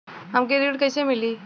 हमके ऋण कईसे मिली?